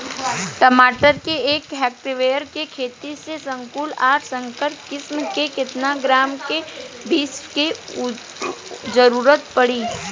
टमाटर के एक हेक्टेयर के खेती में संकुल आ संकर किश्म के केतना ग्राम के बीज के जरूरत पड़ी?